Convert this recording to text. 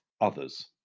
others